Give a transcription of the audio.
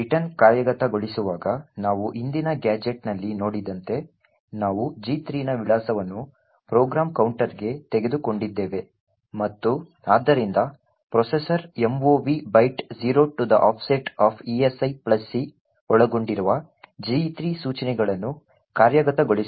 return ಕಾರ್ಯಗತಗೊಳಿಸುವಾಗ ನಾವು ಹಿಂದಿನ ಗ್ಯಾಜೆಟ್ನಲ್ಲಿ ನೋಡಿದಂತೆ ನಾವು G3 ನ ವಿಳಾಸವನ್ನು ಪ್ರೋಗ್ರಾಂ ಕೌಂಟರ್ಗೆ ತೆಗೆದುಕೊಂಡಿದ್ದೇವೆ ಮತ್ತು ಆದ್ದರಿಂದ processor mov byte 0 to the offset of esic ಒಳಗೊಂಡಿರುವ G3 ಸೂಚನೆಗಳನ್ನು ಕಾರ್ಯಗತಗೊಳಿಸುತ್ತದೆ